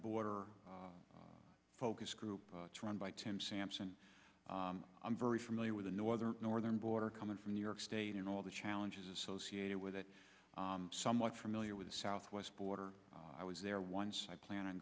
border focus group run by ten sampson i'm very familiar with the no other northern border coming from new york state and all the challenges associated with it somewhat familiar with the southwest border i was there once i plan on